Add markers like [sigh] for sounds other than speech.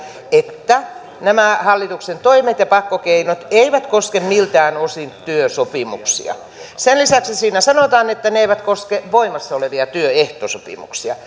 että nämä hallituksen toimet ja pakkokeinot eivät koske miltään osin työsopimuksia sen lisäksi siinä sanotaan että ne eivät koske voimassaolevia työehtosopimuksia [unintelligible]